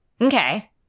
Okay